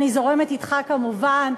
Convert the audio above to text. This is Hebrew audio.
ואני זורמת אתך כמובן.